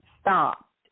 stopped